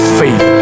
faith